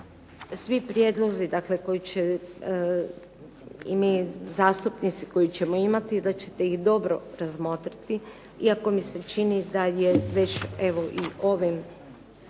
svi prijedlozi koji će i mi zastupnici koje ćemo imati da ćete ih dobro razmotriti, iako mi se čini da je već evo i ovim